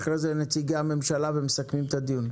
ואחרי זה נציגי הממשלה ומסכמים את הדיון.